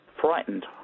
frightened